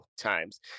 times